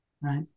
right